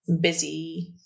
busy